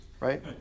Right